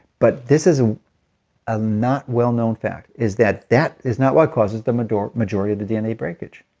but this is ah a not well-known fact, is that that is not what causes the majority majority of the dna breakage.